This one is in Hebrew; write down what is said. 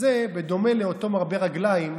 זה דומה לאותו מרבה רגליים.